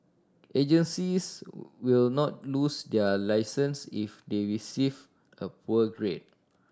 agencies will not lose their licence if they receive a poor grade